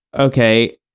okay